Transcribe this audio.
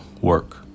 work